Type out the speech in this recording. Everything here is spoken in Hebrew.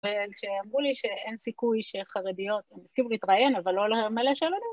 אבל כשאמרו לי שאין סיכוי שחרדיות יסכימו להתראיין, אבל לא למלא שאלון